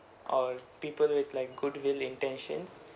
or people with like goodwill intentions